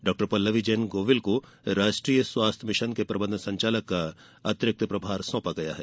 डॉ पल्लवी जैन गोविल को राष्ट्रीय स्वास्थ्य मिशन के प्रबंध संचालक का अतिरिक्त प्रभार सौंपा गया है